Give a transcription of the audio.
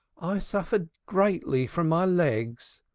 i suffer greatly from my legs.